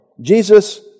Jesus